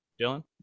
Dylan